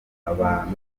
abantu